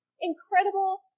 incredible